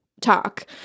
talk